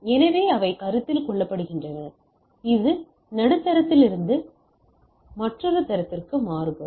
எனவே அவை கருத்தில் கொள்ளப்படுகின்றன இது நடுத்தரத்திலிருந்து நடுத்தரத்திற்கு மாறுபடும்